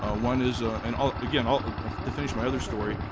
ah one is ah and ah again ah ah to finish my other story.